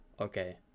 okay